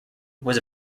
was